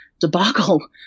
debacle